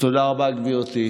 ההסתייגות (165)